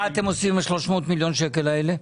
אתם עושים עם ה-300 מיליון שקל האלה?